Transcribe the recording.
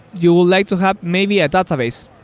you will like to have maybe a database.